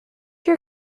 your